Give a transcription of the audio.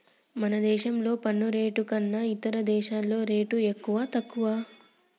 మన దేశంలోని పన్ను రేట్లు కన్నా ఇతర దేశాల్లో రేట్లు తక్కువా, ఎక్కువా